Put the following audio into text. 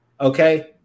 Okay